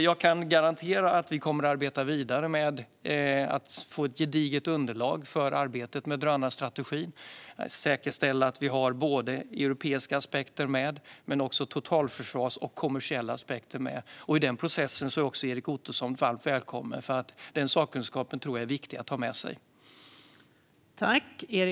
Jag kan garantera att vi kommer att arbeta vidare med att få ett gediget underlag för arbetet med drönarstrategin och säkerställa att vi har med såväl europeiska aspekter som totalförsvarsaspekter och kommersiella aspekter. I denna process är också Erik Ottoson varmt välkommen, för jag tror att det är viktigt att ha med sig den sakkunskapen.